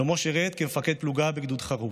שלמה שירת כמפקד פלוגה בגדוד חרוב.